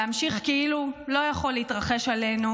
להמשיך כאילו לא יכול להתרחש עלינו